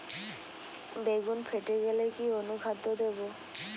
বেগুন ফেটে গেলে কি অনুখাদ্য দেবো?